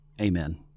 amen